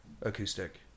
acoustic